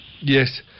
Yes